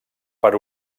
per